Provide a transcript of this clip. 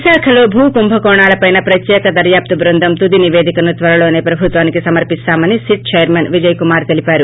విశాఖలో భూ కుంభకోణాల పైన ప్రత్యేక దర్వాప్తు బృందం సిట్ తుది నిపేదికను త్వరలోసే ప్రభుత్వానికి సమర్పిస్తామని సిట్ చైర్మన్ విజయ్ కుమార్ తెలిపారు